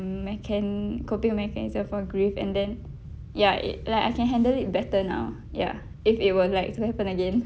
mechan~ coping mechanism for grief and then ya it like I can handle it better now ya if it were like to happen again